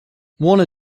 warner